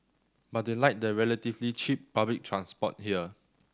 but they like the relatively cheap public transport here